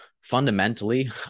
fundamentally